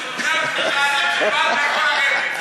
תודה על התשובה, אתה יכול לרדת.